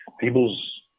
people's